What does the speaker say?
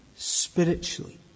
spiritually